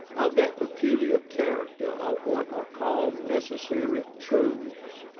of that peculiar character of what are called necessary truths,